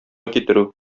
китерү